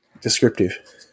descriptive